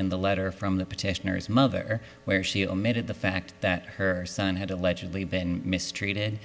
in the letter from the petitioners mother where she omitted the fact that her son had allegedly been mistreated